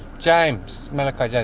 james, malaki james.